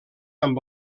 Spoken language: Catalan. amb